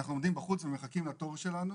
אנחנו עומדים בחוץ ומחכים לתור שלנו,